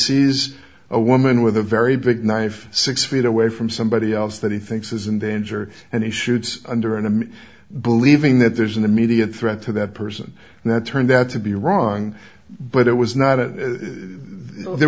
sees a woman with a very big knife six feet away from somebody else that he thinks is and then ger and he shoots under enemy believing that there's an immediate threat to that person and that turned out to be wrong but it was not it there